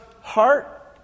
heart